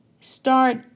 Start